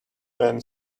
when